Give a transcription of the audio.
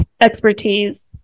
expertise